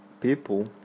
people